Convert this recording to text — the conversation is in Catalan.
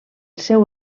seu